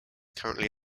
currently